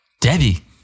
Debbie